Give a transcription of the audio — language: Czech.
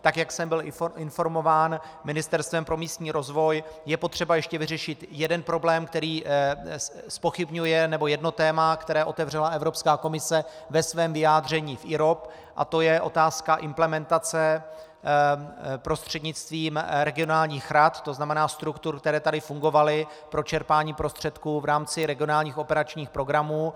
Tak jak jsem byl informován Ministerstvem pro místní rozvoj, je potřeba ještě vyřešit jeden problém, který zpochybňuje nebo jedno téma, které otevřela Evropská komise ve svém vyjádření v IROP, a to je otázka implementace prostřednictvím regionálních rad, tzn. struktur, které tu fungovaly pro čerpání prostředků v rámci regionálních operačních programů.